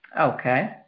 Okay